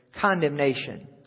condemnation